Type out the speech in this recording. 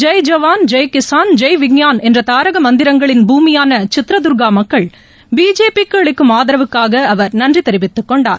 ஜெய் ஜவான் ஜெய் கிசான் ஜெய் விஞ்ஞான் என்ற தாரக மந்திரங்களின் பூமியான சித்ரதுர்கா மக்கள் பிஜேபிக்கு அளிக்கும் ஆதரவுக்காக அவர் நன்றி தெரிவித்துக்கொண்டார்